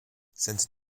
since